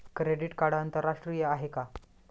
Credit card आंतरराष्ट्रीय आहे का?